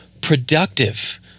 productive